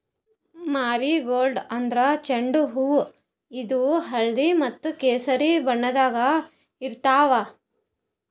marigold ಅಂದ್ರ ಚೆಂಡು ಹೂವಾ ಇದು ಹಳ್ದಿ ಮತ್ತ್ ಕೆಸರಿ ಬಣ್ಣದಾಗ್ ಇರ್ತವ್